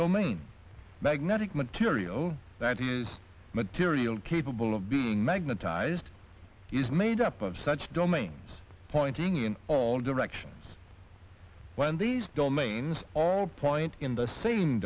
domain magnetic material that is material capable of being magnetised is made up of such domains pointing in all directions when these domains all point in the same